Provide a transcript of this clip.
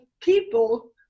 people